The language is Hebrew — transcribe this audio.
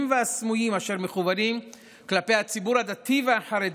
והסמויים אשר מכוונים כלפי הציבור הדתי והחרדי,